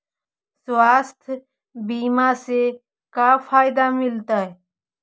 स्वास्थ्य बीमा से का फायदा मिलतै?